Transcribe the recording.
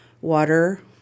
water